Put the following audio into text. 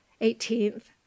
Eighteenth